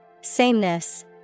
Sameness